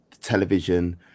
television